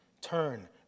Turn